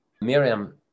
Miriam